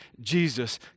Jesus